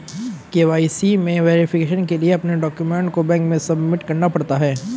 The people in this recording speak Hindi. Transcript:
के.वाई.सी में वैरीफिकेशन के लिए अपने डाक्यूमेंट को बैंक में सबमिट करना पड़ता है